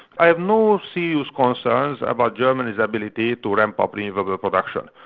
i have no serious concerns about germany's ability to ramp up renewable production.